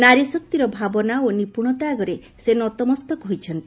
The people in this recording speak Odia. ନାରୀଶକ୍ତିର ଭାବନା ଓ ନିପ୍ରଣତା ଆଗରେ ସେ ନତମସ୍ତକ ହୋଇଛନ୍ତି